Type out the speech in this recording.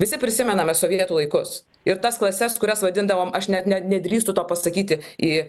visi prisimename sovietų laikus ir tas klases kurias vadindavome aš net net nedrįstu to pasakyti į